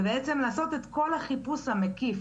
ובעצם לעשות את כל החיפוש המקיף.